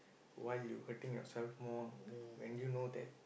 why you hurting yourself more when you know that